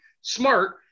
smart